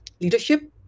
leadership